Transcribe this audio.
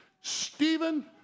Stephen